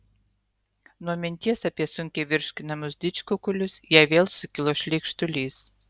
nuo minties apie sunkiai virškinamus didžkukulius jai vėl sukilo šleikštulys